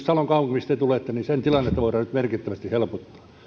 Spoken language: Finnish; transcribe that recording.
salon kaupungin mistä tulette tilannetta voidaan nyt merkittävästi helpottaa